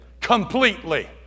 Completely